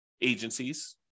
agencies